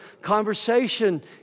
conversation